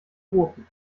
roten